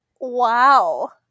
Wow